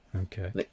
Okay